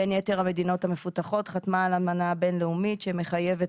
בין יתר המדינות המפותחות חתמה על אמנה בינלאומית שמחייבת